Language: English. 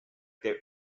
they